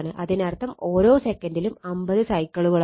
അതിനർത്ഥം ഓരോ സെക്കൻഡിലും 50 സൈക്കിളുകളാണ്